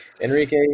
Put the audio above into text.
Enrique